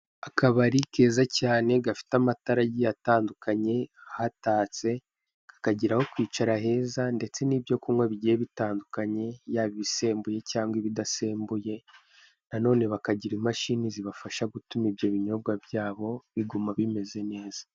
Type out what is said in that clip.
Akabari keza cyane gafite amatara agiye atandukanye, hatatse, ka kagira aho kwicara heza, ndetse n'ibyo kunywa bigiye bitandukanye, yaba ibisembuye cyangwa ibidasembuye na none bakagira imashini zibafasha gutuma ibyo binyobwa byabo, biguma bimeze neza.